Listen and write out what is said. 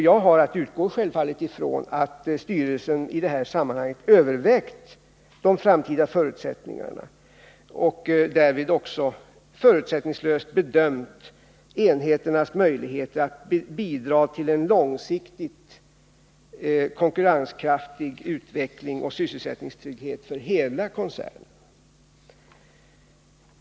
Jag har att utgå ifrån att styrelsen i det här fallet övervägt de framtida förutsättningarna och därvid också förutsättningslöst bedömt enheternas möjligheter att bidra till en långsiktigt konkurrenskraftig utveckling och sysselsättningstrygghet för hela koncernen.